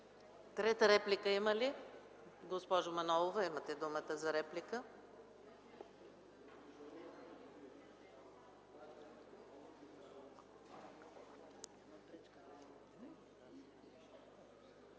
Трета реплика? Госпожо Манолова, имате думата за реплика.